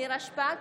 נירה שפק,